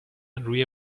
روی